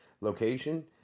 location